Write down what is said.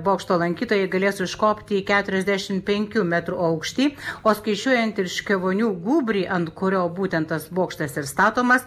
bokšto lankytojai galės užkopti į keturiasdešimt penkių metrų aukštį o skaičiuojant ir škėvonių gūbrį ant kurio būtent tas bokštas ir statomas